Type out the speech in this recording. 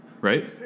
Right